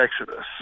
exodus